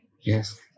Yes